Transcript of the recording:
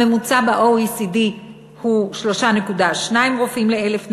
הממוצע ב-OECD הוא 3.2 רופאים ל-1,000 נפש.